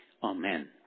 Amen